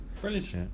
Brilliant